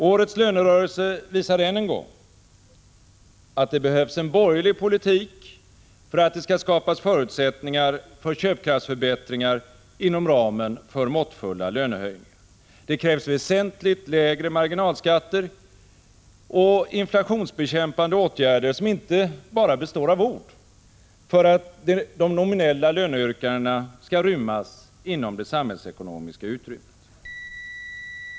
Årets lönerörelse visar än en gång att det behövs en borgerlig politik för att det skall skapas förutsättningar för köpkraftsförbättringar inom ramen för måttfulla lönehöjningar. Det krävs väsentligt lägre marginalskatter och inflationsbekämpande åtgärder som inte bara består av ord för att de nominella löneyrkandena skall rymmas inom det samhällsekonomiska utrymmet.